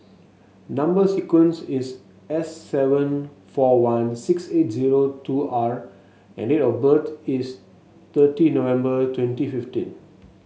number sequence is S seven four one six eight zero two R and date of birth is thirty November twenty fifteen